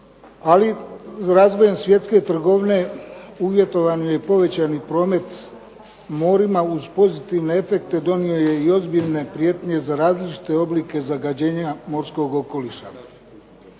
Ali razvojem svjetske trgovine uvjetovan je i povećan promet morima uz pozitivne efekte donio je i ozbiljne prijetnje za različite oblike zagađenja morskog okoliša.